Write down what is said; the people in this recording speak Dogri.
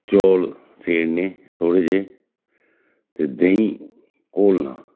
चौल सेड़ने थोह्ड़े जेह् ते देहीं घोलना